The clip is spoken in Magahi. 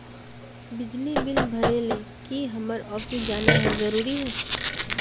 बिजली बिल भरे ले की हम्मर ऑफिस जाना है जरूरी है?